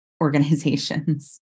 organizations